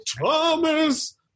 Thomas